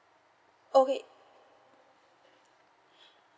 okay